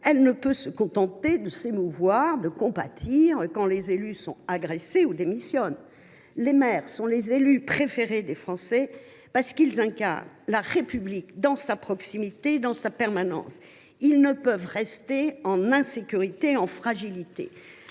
elle ne peut se contenter de s’émouvoir et de compatir quand ceux ci sont agressés ou démissionnent. Les maires sont les élus préférés des Français, parce qu’ils incarnent la République dans sa proximité et sa permanence. Ils ne peuvent rester en situation d’insécurité et de fragilité.